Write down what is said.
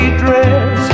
dress